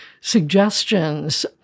suggestions